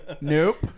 Nope